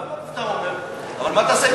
אלה שלא יתפנו, מה נעשה אתם?